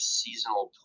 seasonal